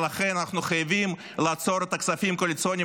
ולכן אנחנו חייבים לעצור את הכספים הקואליציוניים